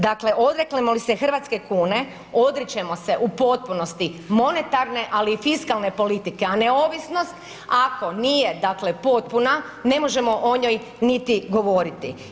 Dakle, odreknemo li se hrvatske kune odričemo se u potpunosti monetarne ali i fiskalne politike, a neovisnost ako nije dakle potpuna ne možemo o njoj niti govoriti.